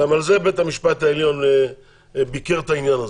גם זה בית המשפט העליון ביקר את העניין הזה,